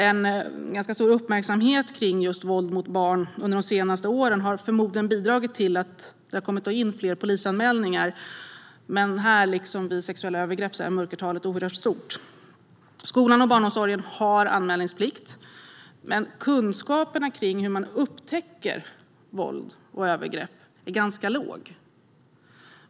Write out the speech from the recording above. En ganska stor uppmärksamhet kring våld mot barn under de senaste åren har bidragit till att det har kommit in fler polisanmälningar, men liksom vid sexuella övergrepp är mörkertalet oerhört stort. Skolan och barnomsorgen har anmälningsplikt, men kunskapen om hur man upptäcker våld och övergrepp är ganska låg.